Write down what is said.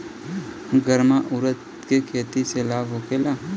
गर्मा उरद के खेती से लाभ होखे ला?